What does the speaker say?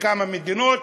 ובכמה מדינות